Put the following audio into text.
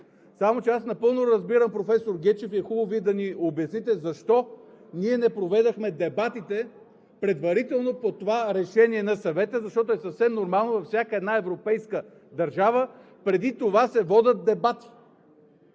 парламент. Аз напълно разбирам, професор Гечев, и е хубаво Вие да ни обясните защо ние не проведохме дебатите предварително по това решение на Съвета, защото е съвсем нормално във всяка една европейска държава преди това да се водят дебати.